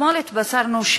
אתמול התבשרנו,